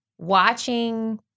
Watching